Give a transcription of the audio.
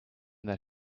that